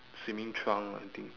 swimming trunk I think